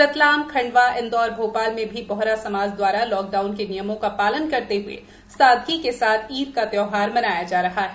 रतलाम खंडवा इंदौर भोपाल में भी बोहरा समाज द्वारा लॉकडाउन के नियमों का पालन करते हए सादगी के साथ ईद का त्यौहार मनाया जा रहा है